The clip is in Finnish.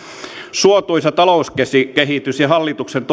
suotuisa talouskehitys ja hallituksen